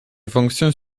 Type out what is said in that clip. fonctionne